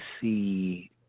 see